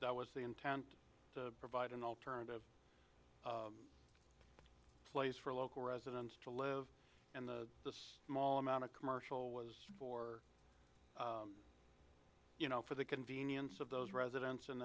that was the intent to provide an alternative place for local residents to live and the this small amount of commercial was for you know for the convenience of those residents in